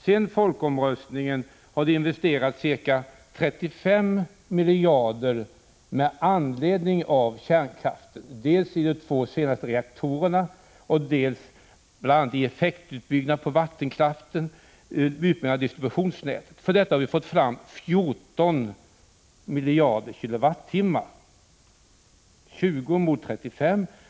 Sedan folkomröstningen har det investerats ca 35 miljarder med anledning av kärnkraften, dels i de två senaste reaktorerna, dels i en effektutbyggnad av vattenkraften och av distributionsnätet. På detta sätt har vi fått fram 14 miljarder kWh.